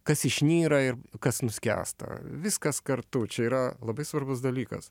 kas išnyra ir kas nuskęsta viskas kartu čia yra labai svarbus dalykas